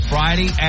Friday